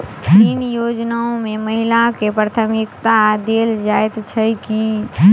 ऋण योजना मे महिलाकेँ प्राथमिकता देल जाइत छैक की?